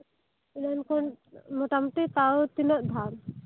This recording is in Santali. ᱮᱱᱟᱱ ᱠᱷᱚᱱ ᱢᱚᱴᱟ ᱢᱩᱴᱤ ᱛᱟᱣ ᱛᱤᱱᱟᱹᱜ ᱫᱷᱟᱣ